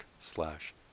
slash